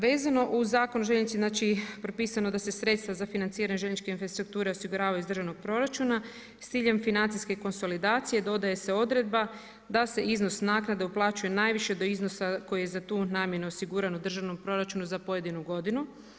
Vezano uz Zakon o željeznici, znači propisano je da se sredstva za financiranje željezničke infrastrukture osiguravaju iz državnog proračuna s ciljem financijske konsolidacije dodaje se odredba da se iznos naknade uplaćuje najviše do iznosa koji je za tu namjenu osiguran u državnom proračunu za pojedinu godinu.